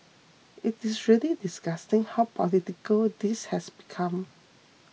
it is really disgusting how political this has become